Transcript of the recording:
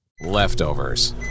Leftovers